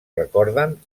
recorden